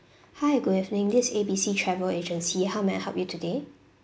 hi good evening this is A B C travel agency how may I help you today